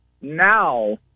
now